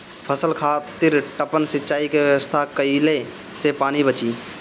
फसल खातिर टपक सिंचाई के व्यवस्था कइले से पानी बंची